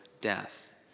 death